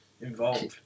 involved